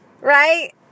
Right